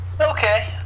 Okay